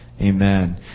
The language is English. Amen